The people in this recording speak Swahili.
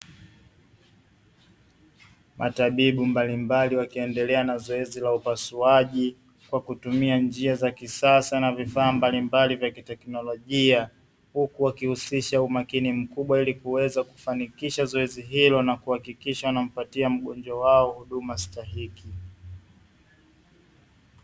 Matabibu mbalimbali wakiendelea na zoezi la upasuaji kwa kutumia njia za kisasa na vifaa mbalimbali vya kiteknolojia, huku wakihusisha umakini mkubwa ili kuweza kufanikisha zoezi hilo na kuhakikisha wanampatia mgonjwa wao huduma stahiki.